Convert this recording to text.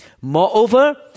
Moreover